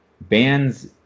bands